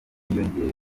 bwiyongere